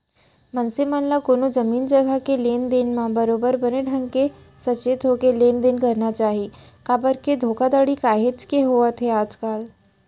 मनसे मन ल कोनो जमीन जघा के लेन देन म बरोबर बने ढंग के सचेत होके लेन देन करना चाही काबर के धोखाघड़ी काहेच के होवत हे आजकल